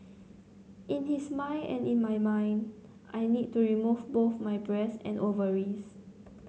in his mind and in my mind I needed to remove both my breasts and ovaries